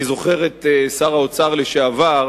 אני זוכר את שר האוצר לשעבר,